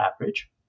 average